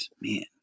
Man